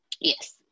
yes